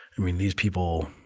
i mean these people